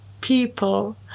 people